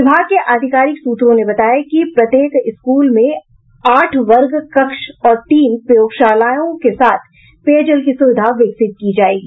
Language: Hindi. विभाग के आधिकारिक सूत्रों ने बताया कि प्रत्येक स्कूल में आठ वर्ग कक्ष और तीन प्रयोगशालाएं के साथ पेयजल की सुविधा विकसित की जायेगी